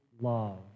love